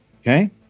Okay